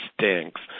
stinks